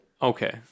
Okay